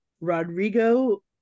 Rodrigo